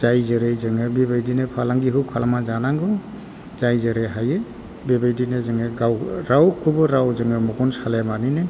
जाय जेरै जोङो बेबायदिनो फालांगिखौ खालामनानै जानांगौ जाय जेरै हायो बेबायदिनो जोङो गाव रावखौबो राव जोङो मेगन सालायाबानो